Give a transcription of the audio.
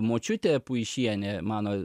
močiutė puišienė mano